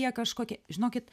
jie kažkokie žinokit